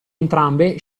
entrambe